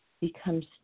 becomes